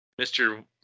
Mr